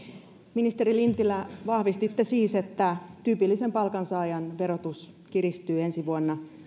ministeri lintilä vahvistitte siis että tyypillisen palkansaajan verotus kiristyy ensi vuonna